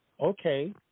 Okay